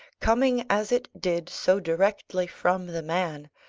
coming as it did so directly from the man,